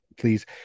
please